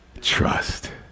trust